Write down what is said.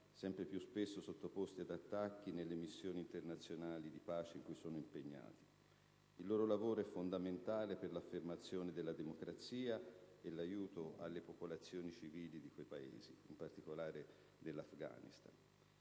sempre più spesso sottoposti ad attacchi nelle missioni internazionali di pace in cui sono impegnati. Il loro lavoro è fondamentale per l'affermazione della democrazia e l'aiuto alle popolazioni civili dei Paesi ove sono dislocati, in particolare dell'Afghanistan.